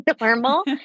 normal